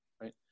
right